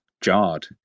jarred